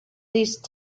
these